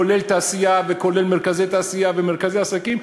כולל תעשייה וכולל מרכזי תעשייה ומרכזי עסקים.